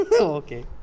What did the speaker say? Okay